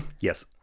yes